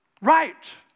right